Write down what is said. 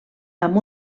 amb